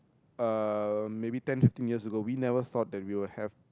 uh maybe ten fifteen years ago we never thought that we will have